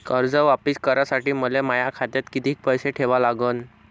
कर्ज वापिस करासाठी मले माया खात्यात कितीक पैसे ठेवा लागन?